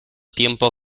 tiempo